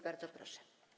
Bardzo proszę.